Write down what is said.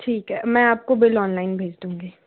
ठीक है मैं आपको बिल ऑनलाइन भेज दूँगी